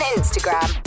Instagram